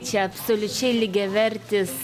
čia absoliučiai lygiavertis